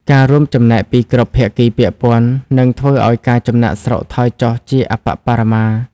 ការរួមចំណែកពីគ្រប់ភាគីពាក់ព័ន្ធនឹងធ្វើឱ្យការចំណាកស្រុកថយចុះជាអប្បបរមា។